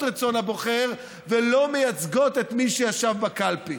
רצון הבוחר ולא מייצגות את מי שישב בקלפי.